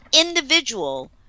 individual